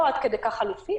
זה לא עד כדי כך חלופי,